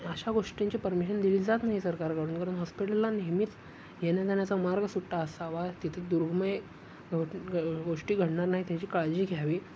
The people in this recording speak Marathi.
अशा गोष्टींची परमिशन दिली जात नाही सरकारकडून कारण हॉस्पिटलला नेहमीच येण्या जाण्याचा मार्ग सुट्टा असावा तिथे दुर्गम ग गोष्टी घडणार नाहीत ह्याची काळजी घ्यावी